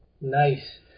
nice